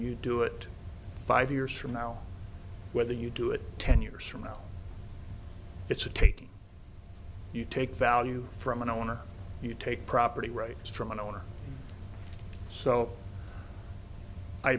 you do it five years from now whether you do it ten years from now it's a take you take value from an owner you take property rights from an owner so i